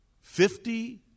fifty